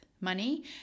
money